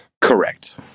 Correct